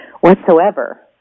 whatsoever